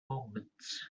moments